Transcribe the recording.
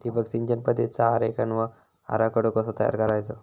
ठिबक सिंचन पद्धतीचा आरेखन व आराखडो कसो तयार करायचो?